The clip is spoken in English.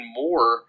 more